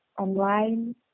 online